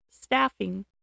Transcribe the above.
staffing